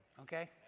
Okay